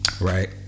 right